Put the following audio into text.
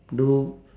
do